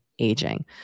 aging